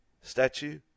statue